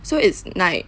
so it's night